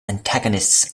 antagonists